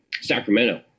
Sacramento